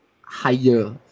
higher